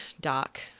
doc